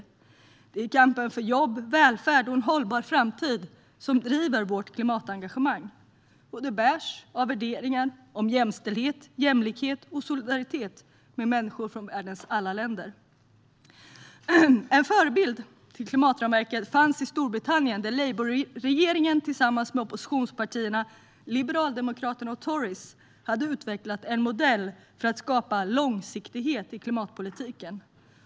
Det är kampen för jobb, välfärd och en hållbar framtid som driver vårt klimatengagemang. Och det bärs av värderingar om jämställdhet, jämlikhet och solidaritet med människor från världens alla länder. En förebild när det gäller klimatramverket fanns i Storbritannien, där Labourregeringen tillsammans med oppositionspartierna Liberaldemokraterna och Tories hade utvecklat en modell för att skapa långsiktighet i klimatpolitiken.